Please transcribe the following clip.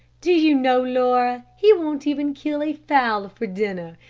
do you know, laura, he won't even kill a fowl for dinner.